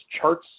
charts